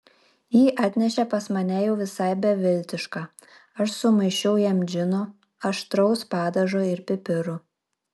jį atnešė pas mane jau visai beviltišką aš sumaišiau jam džino aštraus padažo ir pipirų